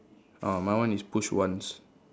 uh my one is push once